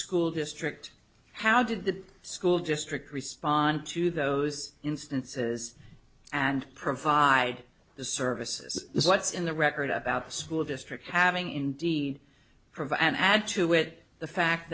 school district how did the school district respond to those instances and provide the services what's in the record about the school district having indeed provide and add to it the fact